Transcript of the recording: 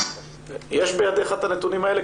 יש בידך את הנתונים האלה?